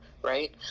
Right